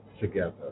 together